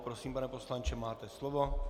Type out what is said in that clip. Prosím, pane poslanče, máte slovo.